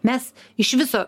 mes iš viso